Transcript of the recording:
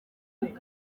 imbere